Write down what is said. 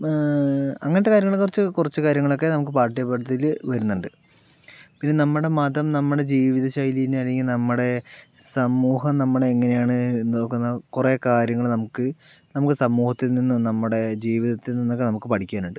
അങ്ങനത്തെ കാര്യങ്ങളെക്കുറിച്ച് കുറച്ച് കാര്യങ്ങളൊക്കെ നമുക്കു പാഠ്യപദ്ധതിയിൽ വരുന്നുണ്ട് പിന്നെ നമ്മുടെ മതം നമ്മുടെ ജീവിത ശൈലീനെ അല്ലെങ്കിൽ നമ്മുടെ സമൂഹം നമ്മളെ എങ്ങനെയാണ് നോക്കുന്നത് കുറെ കാര്യങ്ങൾ നമുക്ക് നമുക്ക് സമൂഹത്തിൽ നിന്ന് നമ്മുടെ ജീവിതത്തിൽ നിന്നൊക്കെ നമുക്ക് പഠിക്കാനുണ്ട്